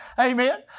Amen